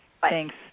Thanks